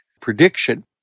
prediction